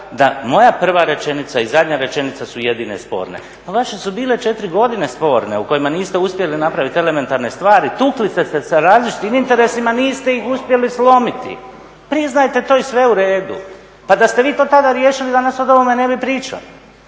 da moja prva rečenica i zadnja rečenica su jedine sporne. Vaše su bile četiri godine sporne u kojima niste uspjeli napraviti elementarne stvari, tukli ste se sa različitim interesima niste ih uspjeli slomiti, priznajte to i sve je u redu. Pa da ste vi to tada riješili danas o ovome ne bi pričali.